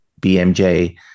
BMJ